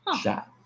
shot